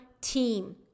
team